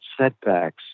setbacks